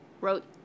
wrote